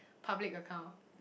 public account